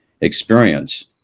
experience